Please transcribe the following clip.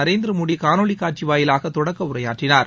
நரேந்திர மோடி காணொலிக் காட்சி வாயிலாக தொடக்க உரையாற்றினார்